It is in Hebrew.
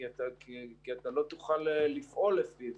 כי אתה לא תוכל לפעול לפיו,